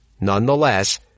Nonetheless